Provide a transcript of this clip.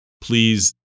please